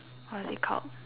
how does it called